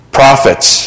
prophets